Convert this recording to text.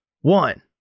one